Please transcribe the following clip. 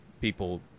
people